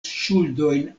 ŝuldojn